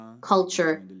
culture